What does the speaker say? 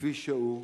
כפי שהוא,